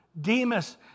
Demas